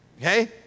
Okay